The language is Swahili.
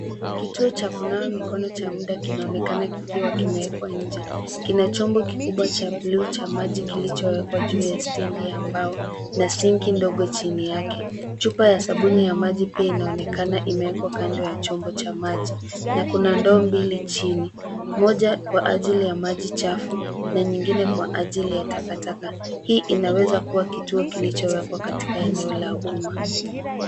Kituo cha kunawa mikono cha muda kinaonekana kikiwa kimewekwa nje. Kina chombo kikubwa cha bluu cha maji kilichowekwa juu ya stendi ya mbao, na sinki ndogo chini yake. Chupa ya sabuni ya maji pia inaonekana imewekwa kando ya chombo cha maji, na kuna ndoa mbili chini. Moja kwa ajili ya maji chafu, na nyingine kwa ajili ya takataka. Hii inaweza kuwa kituo kilichowekwa katika eneo la umma.